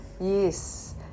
Yes